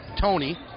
Tony